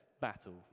battle